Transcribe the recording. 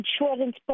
insurance